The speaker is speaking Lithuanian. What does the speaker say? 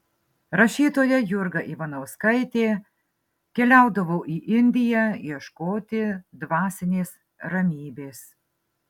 rašytoja jurga ivanauskaitė keliaudavo į indiją ieškoti dvasinės ramybės